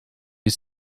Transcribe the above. you